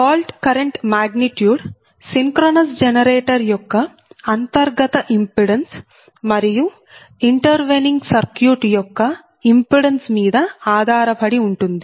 fault current magnitude magnitude పరిమాణం synchronous generator యొక్క అంతర్గత ఇంపిడెన్స్ మరియు ఇంటర్వెనింగ్ సర్క్యూట్ యొక్క ఇంపిడెన్స్ మీద ఆధారపడి ఉంటుంది